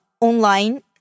online